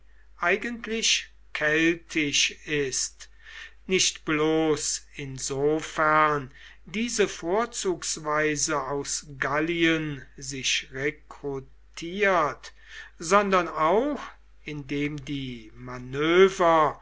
eigentlich keltisch ist nicht bloß insofern diese vorzugsweise aus gallien sich rekrutiert sondern auch indem die manöver